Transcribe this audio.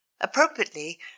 Appropriately